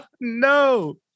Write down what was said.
No